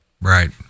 Right